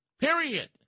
period